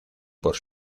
por